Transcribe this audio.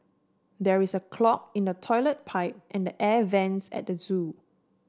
there is a clog in the toilet pipe and air vents at the zoo